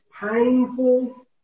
painful